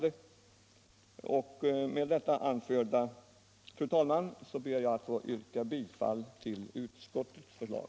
Med detta, fru talman, ber jag att få yrka bifall till utskottets förslag.